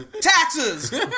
taxes